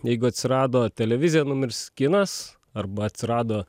jeigu atsirado televizija numirs kinas arba atsirado